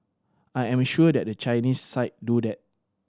I am sure that the Chinese side do that